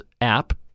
app